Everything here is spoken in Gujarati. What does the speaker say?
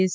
એસ